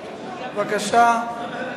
בבקשה,